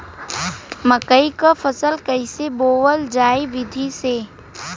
मकई क फसल कईसे बोवल जाई विधि से?